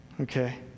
okay